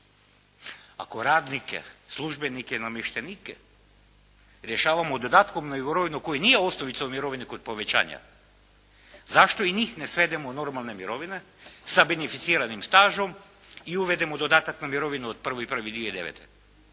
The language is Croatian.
Ako radnike, službenike i namještenike rješavamo dodatkom na mirovinu koji nije osnovica u mirovini kod povećanja, zašto i njih ne svedemo u normalne mirovine sa beneficiranim stažom i uvedemo dodatak na mirovinu od 1.1.2009.,